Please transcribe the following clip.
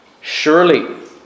Surely